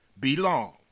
belong